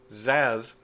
Zaz